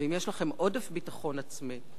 ואם יש לכם עודף ביטחון עצמי,